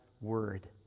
word